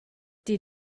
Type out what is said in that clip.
did